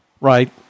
right